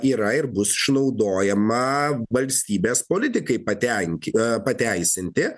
yra ir bus išnaudojama valstybės politikai patenkinti pateisinti